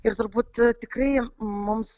ir turbūt tikrai mums